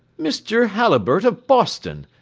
mr. halliburtt, of boston!